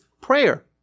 prayer